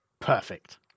Perfect